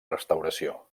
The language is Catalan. restauració